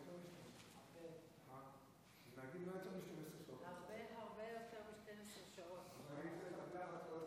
חברת הכנסת עטייה, תודה רבה לכם שאתם